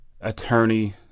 attorney